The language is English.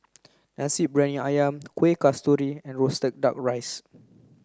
nasi briyani ayam kueh kasturi and roasted duck rice